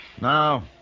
Now